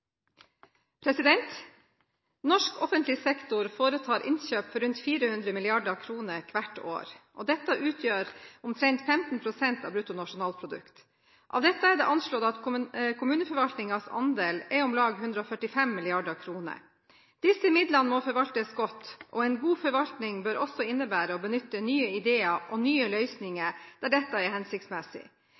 viktig. Norsk offentlig sektor foretar innkjøp for rundt 400 mrd. kr hvert år, og dette utgjør omtrent 15 pst. av bruttonasjonalprodukt. Av dette er det anslått at kommuneforvaltningens andel er om lag 145 mrd. kr. Disse midlene må forvaltes godt, og en god forvaltning bør også innebære å benytte nye ideer og nye løsninger når dette er hensiktsmessig.